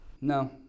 No